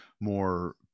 more